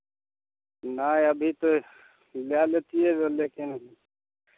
नहि अभी तऽ लए लैतियै लेकिन